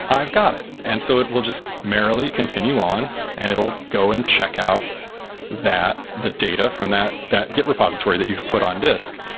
i've got it. and so it will just merrily continue on and it'll go and check out the data from that that git repository that you've put on disk.